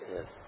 Yes